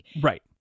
Right